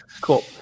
cool